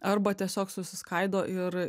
arba tiesiog susiskaido ir